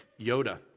Yoda